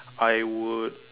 I would